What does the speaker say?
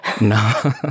No